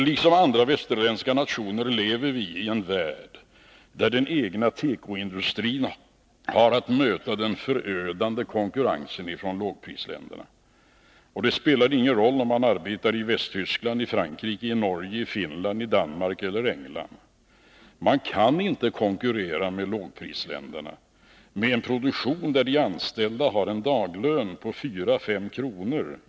Liksom andra västerländska nationer lever vi i en värld där den egna tekoindustrin har att möta den förödande konkurrensen från lågprisländerna. Det spelar ingen roll om man arbetar i Västtyskland, i Frankrike, i Norge, i Finland, i Danmark eller i England — man kan inte konkurrera med lågprisländerna, där de anställda har en dagslön på 4-5 kr.